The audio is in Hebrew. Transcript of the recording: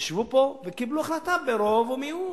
ישבו פה וקיבלו החלטה ברוב ומיעוט.